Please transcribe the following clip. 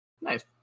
Nice